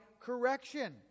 correction